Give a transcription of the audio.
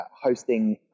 hosting